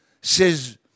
says